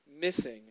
missing